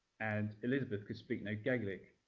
and elizabeth could speak no gaelic.